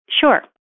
Sure